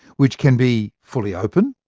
which can be fully open,